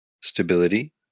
stability